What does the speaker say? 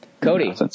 Cody